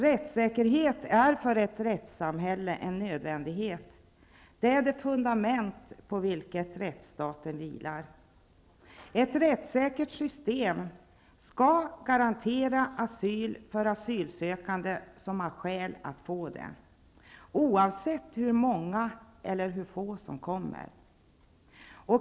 Rättssäkerhet är för ett rättssamhälle en nödvändighet. Den är det fundament på vilket rättsstaten vilar. Ett rättssäkert system skall garantera asyl för asylsökande som har skäl att få det, oavsett hur många eller hur få som kommer.